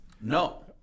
no